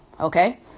okay